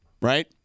right